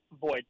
void